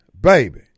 baby